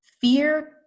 fear